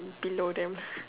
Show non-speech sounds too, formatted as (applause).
level below them (laughs)